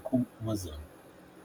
סכו"ם ומזון.